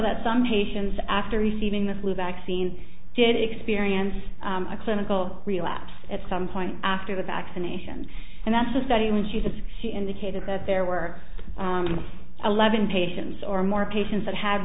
that some patients after receiving the flu vaccine did experience a clinical relapse at some point after the vaccination and that's a study when she says she indicated that there were eleven patients or more patients that had